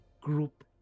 group